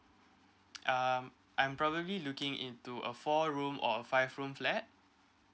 um I'm probably looking into a four room or a five room flat